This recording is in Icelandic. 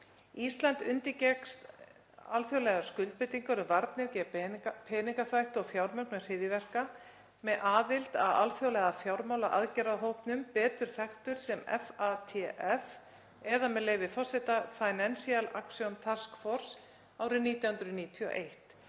Ísland undirgekkst alþjóðlegar skuldbindingar um varnir gegn peningaþvætti og fjármögnun hryðjuverka með aðild að alþjóðlega fjármálaaðgerðahópnum, betur þekktur sem FATF eða, með leyfi forseta, Financial Action Task Force, árið 1991